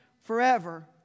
forever